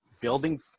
building